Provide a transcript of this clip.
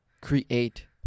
create